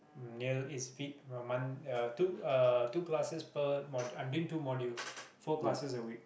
mm near~ two uh two classes per mod I'm doing two modules four classes a week